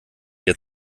dir